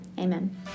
Amen